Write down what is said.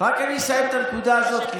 אני רק אסיים את הנקודה הזאת, בסדר?